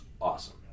awesome